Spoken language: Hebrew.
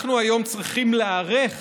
אנחנו היום צריכים להיערך